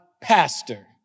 pastor